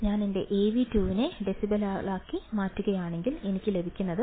ഞാൻ എന്റെ Av2 നെ ഡെസിബെലുകളാക്കി മാറ്റുകയാണെങ്കിൽ എനിക്ക് ലഭിക്കുന്നത് 20 log 4